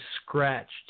scratched